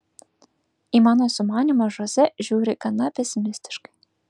į mano sumanymą žoze žiūri gana pesimistiškai